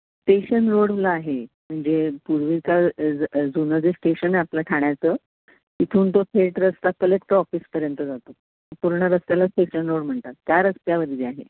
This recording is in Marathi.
स्टेशन रोडला आहे म्हणजे पूर्वीचा ज जुनं जे स्टेशन आहे आपलं ठाण्याचं तिथून तो थेट रस्ता कलेक्टर ऑफिसपर्यंत जातो पूर्ण रस्त्याला स्टेशन रोड म्हणतात त्या रस्त्यावर जे आहे